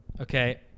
Okay